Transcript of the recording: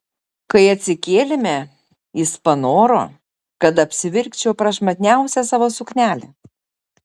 kai atsikėlėme jis panoro kad apsivilkčiau prašmatniausią savo suknelę